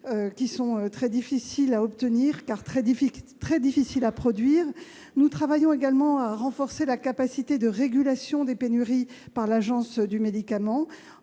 qui sont très difficiles à obtenir, car très difficiles à produire. Nous nous efforçons également de renforcer la capacité de régulation des pénuries par l'Agence de sécurité